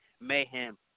Mayhem